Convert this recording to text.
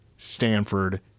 Stanford